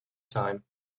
time